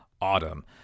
autumn